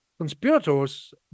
conspirators